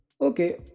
Okay